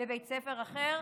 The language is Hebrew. מבית ספר אחר,